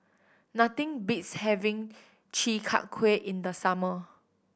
nothing beats having Chi Kak Kuih in the summer